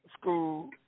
school